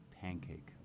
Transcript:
pancake